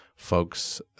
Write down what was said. folks